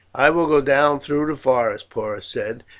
i will go down through the forest, porus said,